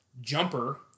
Jumper